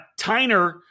Tyner